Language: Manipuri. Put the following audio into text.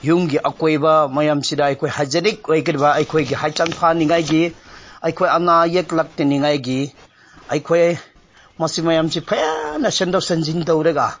ꯌꯨꯝꯒꯤ ꯑꯀꯣꯏꯕ ꯃꯌꯥꯝꯁꯤꯗ ꯑꯩꯈꯣꯏ ꯍꯥꯏꯖꯤꯅꯤꯛ ꯑꯣꯏꯒꯗꯕ ꯑꯩꯈꯣꯏꯒꯤ ꯍꯛꯆꯥꯡ ꯐꯍꯟꯅꯤꯡꯉꯥꯏꯒꯤ ꯑꯩꯈꯣꯏ ꯑꯅꯥ ꯑꯌꯦꯛ ꯂꯥꯛꯇꯅꯉꯥꯏꯒꯤ ꯑꯩꯈꯣꯏ ꯃꯁꯤ ꯃꯌꯥꯝꯁꯤ ꯐꯖꯅ ꯁꯦꯝꯗꯣꯛ ꯁꯦꯝꯖꯤꯟ ꯇꯧꯔꯒ